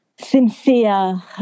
sincere